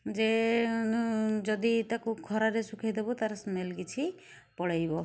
ଯେ ଯଦି ତାକୁ ଖରାରେ ଶୁଖେଇ ଦେବୁ ତା'ର ସ୍ମେଲ୍ କିଛି ପଳେଇବ